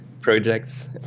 projects